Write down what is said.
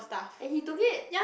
and he took it